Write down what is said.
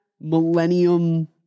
millennium